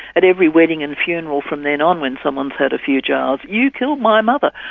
at every wedding and funeral from then on, when someone's had a few jars, you killed my mother.